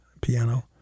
piano